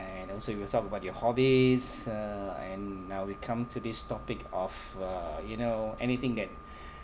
and also you've talked about your hobbies uh and now we come to this topic of uh you know anything that